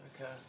Okay